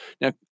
Now